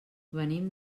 venim